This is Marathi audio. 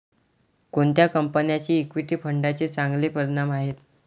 कोणत्या कंपन्यांचे इक्विटी फंडांचे चांगले परिणाम आहेत?